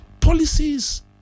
policies